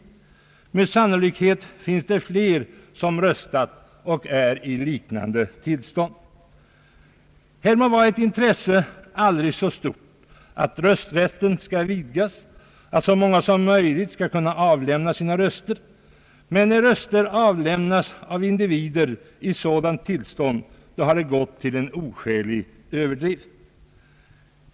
Med sannolikhet finns det flera som röstat och som befinner sig i liknande tillstånd. Det må vara ett intresse aldrig så stort att rösträtten skall vidgas och att så många som möjligt skall kunna avlämna sina röster, men när röster lämnas av individer i sådant tillstånd, då har det gått till en oskälig överdrift.